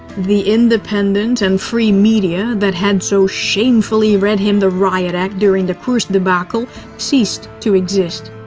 the independent and free media that had so shamefully read him the riot act during the kursk debacle ceased to exist.